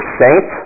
saint